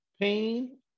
pain